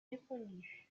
répandues